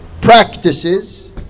practices